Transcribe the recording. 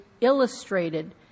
illustrated